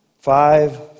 Five